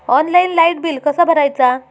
Online light bill कसा भरायचा?